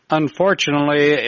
unfortunately